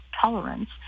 tolerance